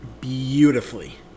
beautifully